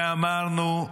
ואמרנו: